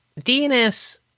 DNS